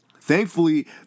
Thankfully